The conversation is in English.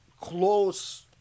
close